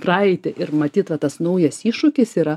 praeitį ir matyt va tas naujas iššūkis yra